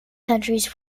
countries